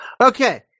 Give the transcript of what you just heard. Okay